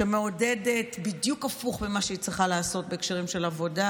שמעודדת בדיוק הפוך ממה שהיא צריכה לעשות בהקשרים של עבודה,